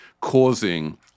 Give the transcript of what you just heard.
causing